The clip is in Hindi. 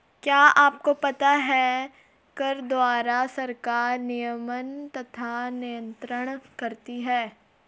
क्या आपको पता है कर द्वारा सरकार नियमन तथा नियन्त्रण करती है?